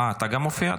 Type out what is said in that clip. --- אתה גם מופיע?